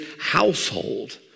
household